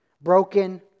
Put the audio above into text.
Broken